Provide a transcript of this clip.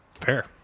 Fair